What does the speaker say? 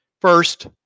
First